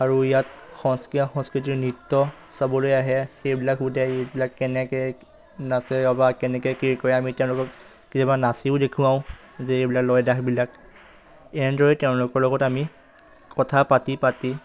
আৰু ইয়াত সত্ৰীয়া সংস্কৃতিৰ নৃত্য চাবলৈ আহে সেইবিলাক সুধে এইবিলাক কেনেকৈ নাচে বা কেনেকৈ কি কৰে আমি তেওঁলোকক কেতিয়াবা নাচিও দেখুৱাওঁ যে এইবিলাক লয়লাসবিলাক এনেদৰেই তেওঁলোকৰ লগত আমি কথা পাতি পাতি